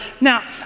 now